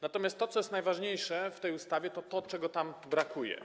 Natomiast to, co jest najważniejsze w tej ustawie, to to, czego tam brakuje.